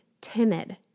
timid